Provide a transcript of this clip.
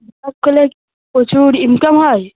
vlog করলে প্রচুর income হয়